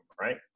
right